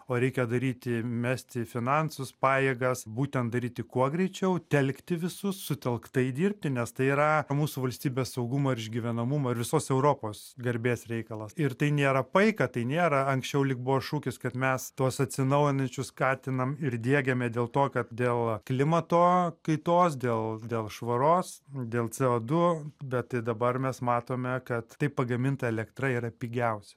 o reikia daryti mesti finansus pajėgas būtent daryti kuo greičiau telkti visus sutelktai dirbti nes tai yra mūsų valstybės saugumo ir išgyvenamumo ir visos europos garbės reikalas ir tai nėra paika tai nėra anksčiau lyg buvo šūkis kad mes tuos atsinaujinančius skatinam ir diegiame dėl to kad dėl klimato kaitos dėl dėl švaros dėl co du bet tai dabar mes matome kad taip pagaminta elektra yra pigiausia